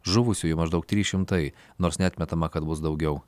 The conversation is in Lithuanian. žuvusiųjų maždaug trys šimtai nors neatmetama kad bus daugiau